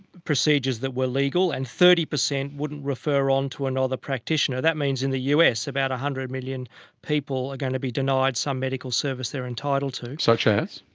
procedures that were legal, and thirty percent wouldn't refer on to another practitioner. that means in the us about one hundred million people are going to be denied some medical service they are entitled to. such as?